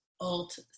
alt